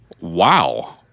Wow